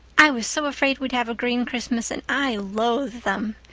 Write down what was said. i was so afraid we'd have a green christmas and i loathe them.